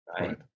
Right